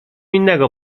innego